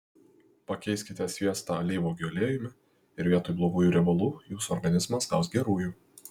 pakeiskite sviestą alyvuogių aliejumi ir vietoj blogųjų riebalų jūsų organizmas gaus gerųjų